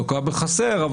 לוקה בחסר,